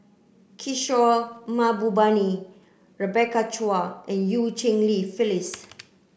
Kishore Mahbubani Rebecca Chua and Eu Cheng Li Phyllis